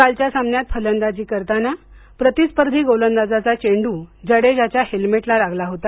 कालच्या सामन्यात फलंदाजी करताना प्रतिस्पर्धी गोलंदाजाचा चेंडू जाडेजाच्या हेल्मेटला लागला होता